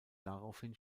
daraufhin